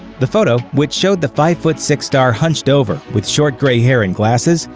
the photo, which showed the five-foot-six star hunched over, with short gray hair and glasses,